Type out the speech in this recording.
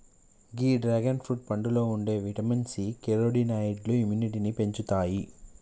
గీ dragon fruit పండులో ఉండే vitamin C, కెరోటినాయిడ్లు ఇమ్యునిటీని పెంచుతాయి